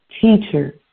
teacher